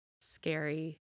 scary